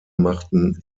machten